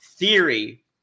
Theory